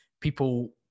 people